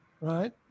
Right